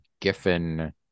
Giffen